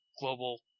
global